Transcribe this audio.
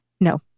No